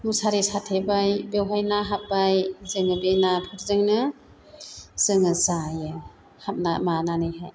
मुसारि साथेबाय बेवहाय ना हाबबाय जोङो बे नाफोरजोंनो जोङो जायो हाबना मानानैहाय